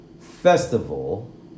festival